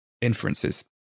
inferences